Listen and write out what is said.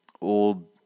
old